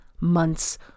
months